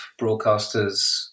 broadcasters